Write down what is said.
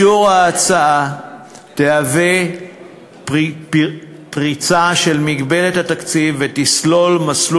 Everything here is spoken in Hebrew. אישור ההצעה יהווה פריצה של מגבלת התקציב ויסלול מסלול